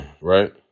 right